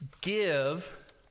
give